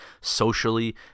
socially